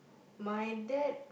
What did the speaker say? my dad